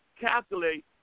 calculate